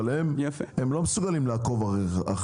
אבל הם לא מסוגלים לעקוב אחרי זה.